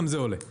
גם זה עולה.